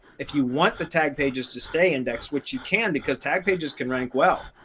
if you want the tag pages to stay index, which you can because tag pages can rank well.